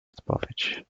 odpowiedź